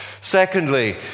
secondly